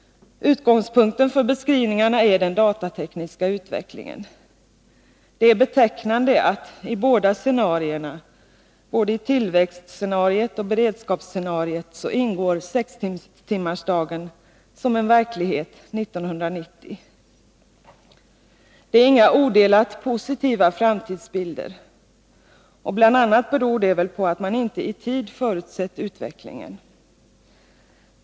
Utgångspunkten för beskrivningarna är den datatekniska utvecklingen. Det är betecknande att sextimmarsdagen i båda scenarierna, i både tillväxtoch beredskapsscenariet, ingår som en verklighet 1990. Det är inga odelat positiva framtidsbilder, bl.a. beror det väl på att man inte i tid förutsett utvecklingen.